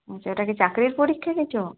আচ্ছা ওটা কি চাকরির পরীক্ষা কিছু